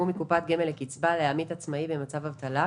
מקופת גמל לקצבה לעמית עצמאי במצב אבטלה,